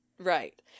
right